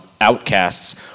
outcasts